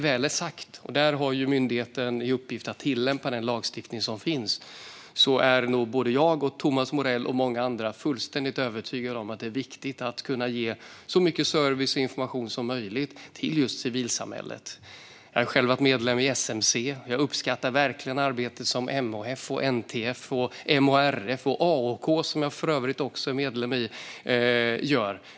Myndigheten har i uppgift att tillämpa den lagstiftning som finns. När det väl är sagt är nog jag, Thomas Morell och många andra fullständigt övertygade om att det är viktigt att kunna ge så mycket service och information som möjligt till just civilsamhället. Jag har själv varit medlem i SMC, och jag uppskattar verkligen arbetet som MHF, NTF, MHRF och AHK, som jag för övrigt också är medlem i, gör.